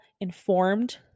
informed